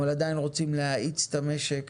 אבל עדיין רוצים להאיץ את המשק,